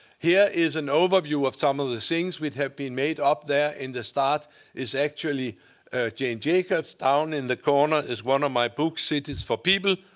here is an overview of some of the things which have been made up there, in the start is actually jane jacobs. down in the corner is one of my books, cities for people.